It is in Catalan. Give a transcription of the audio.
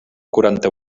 quaranta